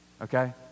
Okay